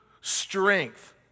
strength